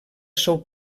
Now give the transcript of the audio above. seu